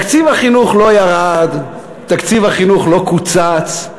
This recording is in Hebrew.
תקציב החינוך לא ירד, תקציב החינוך לא קוצץ.